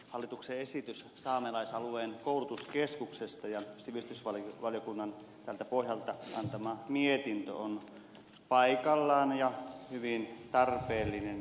hallituksen esitys saamelaisalueen koulutuskeskuksesta ja sivistysvaliokunnan tältä pohjalta antama mietintö ovat paikallaan ja hyvin tarpeellisia päivityksiä lainsäädännössä